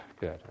good